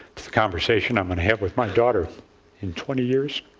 to the conversation i'm going to have with my daughter in twenty years.